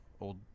old